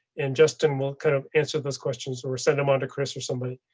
and justin will kind of answer those questions or send them on to chris or somebody.